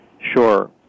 Sure